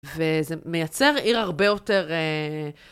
וזה מייצר עיר הרבה יותר...